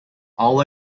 all